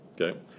okay